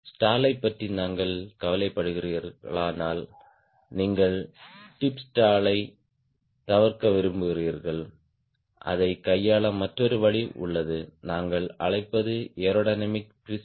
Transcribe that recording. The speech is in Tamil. ஸ்டாலைப் பற்றி நாங்கள் கவலைப்படுகிறீர்களானால் நீங்கள் டிப் ஸ்டாலைத் தவிர்க்க விரும்புகிறீர்கள் அதைக் கையாள மற்றொரு வழி உள்ளது நாங்கள் அழைப்பது ஏரோடைனமிக் ட்விஸ்ட்